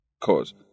cause